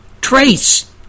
trace